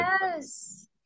Yes